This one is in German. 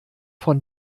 von